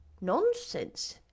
Nonsense